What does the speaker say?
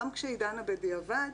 גם כשהיא דנה בדיעבד,